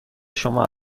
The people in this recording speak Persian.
شما